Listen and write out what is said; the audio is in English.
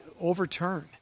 overturn